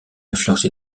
influence